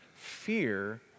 Fear